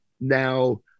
Now